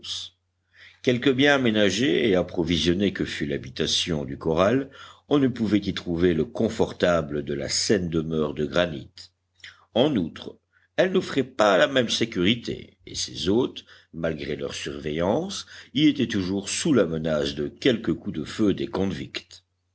quelque bien aménagée et approvisionnée que fût l'habitation du corral on ne pouvait y trouver le confortable de la saine demeure de granit en outre elle n'offrait pas la même sécurité et ses hôtes malgré leur surveillance y étaient toujours sous la menace de quelque coup de feu des